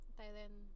Thailand